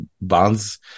bonds